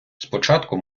спочатку